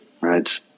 right